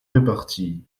répartie